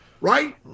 Right